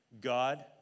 God